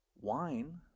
wine